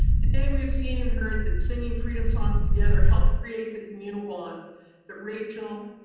today, we have seen and heard that singing freedom songs together helped create the communal bond that rachel,